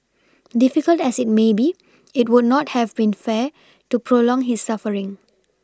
difficult as it may be it would not have been fair to prolong his suffering